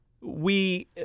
we-